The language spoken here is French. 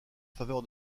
faveur